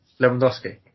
Lewandowski